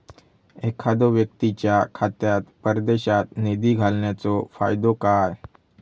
एखादो व्यक्तीच्या खात्यात परदेशात निधी घालन्याचो फायदो काय?